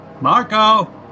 Marco